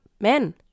men